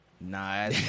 Nah